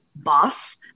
boss